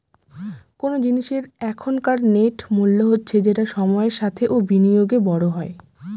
কোন জিনিসের এখনকার নেট মূল্য হচ্ছে যেটা সময়ের সাথে ও বিনিয়োগে বড়ো হয়